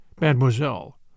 mademoiselle